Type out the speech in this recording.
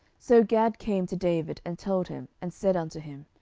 so gad came to david, and told him, and said unto him,